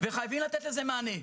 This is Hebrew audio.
חייבים לתת לזה מענה.